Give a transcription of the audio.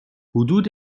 حدود